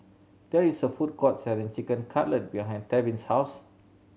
there is a food court selling Chicken Cutlet behind Tevin's house